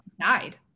died